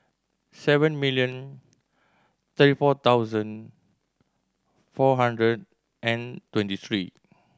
seven million thirty four thousand four hundred and twenty three